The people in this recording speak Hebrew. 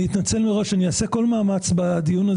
אני אתנצל מראש: אני אעשה כל מאמץ בדיון,